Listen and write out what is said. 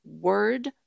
word